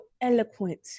eloquent